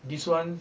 this one